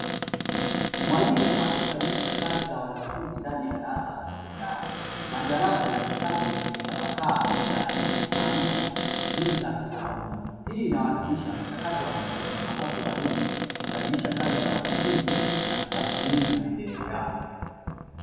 Mwalimu akisahihisha kazi za wanafunzi ndani ya darasa la sekondari, majalada na vitabu vimetapakaa mezani, ikimaanisha shughuli za kitaaluma, hii inawakilisha mchakato wa masomo, ampapo walimu husahihisha kazi za wanafunzi na kutathimini maendeleo yao.